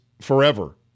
forever